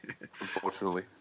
unfortunately